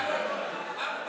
אף פעם לא שמעתי אותך,